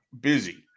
busy